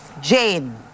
Jane